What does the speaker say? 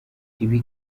ibi